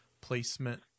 placement